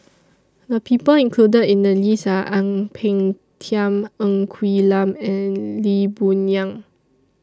The People included in The list Are Ang Peng Tiam Ng Quee Lam and Lee Boon Yang